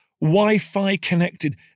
Wi-Fi-connected